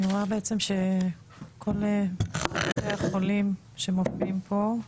אני רואה בעצם שכל בתי החולים שמופיעים פה,